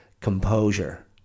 composure